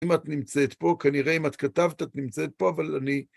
אם את נמצאת פה, כנראה אם את כתבת, את נמצאת פה, אבל אני...